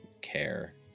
care